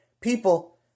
People